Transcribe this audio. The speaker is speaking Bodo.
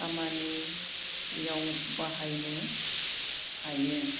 खामानियाव बाहायनो हायो